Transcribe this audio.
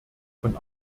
von